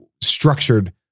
structured